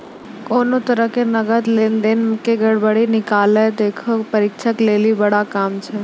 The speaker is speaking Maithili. कोनो तरहो के नकद लेन देन के गड़बड़ी निकालनाय लेखा परीक्षक लेली बड़ा काम छै